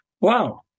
Wow